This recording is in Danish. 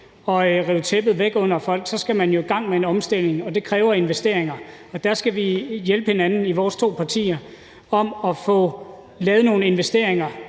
og rive tæppet væk under folk, skal man jo i gang med en omstilling, og det kræver investeringer. Og der skal vi hjælpe hinanden i vores to partier med at få lavet nogle investeringer